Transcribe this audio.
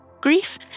grief